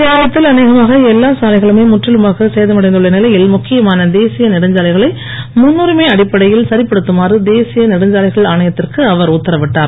கேரளத்தில் அநேகமாக எல்லா சாலைகளுமே முற்றிலுமாக சேதமடைந்துள்ள நிலையில் முக்கியமான தேசிய நெடுஞ்சாலைகளை சரிப்படுத்துமாறு தேசிய நெடுஞ்சாலைகள் ஆணையத்திற்கு அவர் உத்தரவிட்டார்